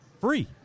free